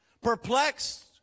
Perplexed